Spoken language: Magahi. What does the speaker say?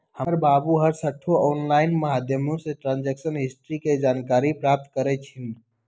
हमर बाबू हरसठ्ठो ऑनलाइन माध्यमें से ट्रांजैक्शन हिस्ट्री के जानकारी प्राप्त करइ छिन्ह